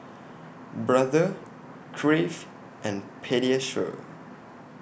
Brother Crave and Pediasure